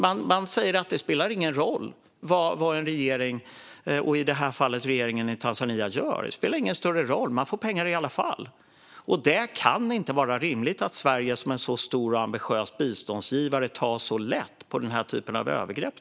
Sverige säger att det inte spelar någon roll vad en regering, i detta fall regeringen i Tanzania, gör, för man får pengar i alla fall. Det kan inte vara rimligt att Sverige som är en sådan stor och ambitiös biståndsgivare tar så lätt på denna typ av övergrepp.